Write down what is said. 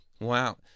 Wow